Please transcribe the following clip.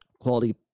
quality